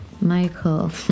Michael